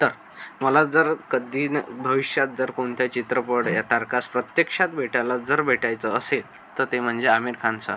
तर मला जर कधी न भविष्यात जर कोणत्या चित्रपट या तारकास प्रत्यक्षात भेटायला जर भेटायचं असेल तर ते म्हणजे आमिर खान सर